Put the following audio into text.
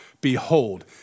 Behold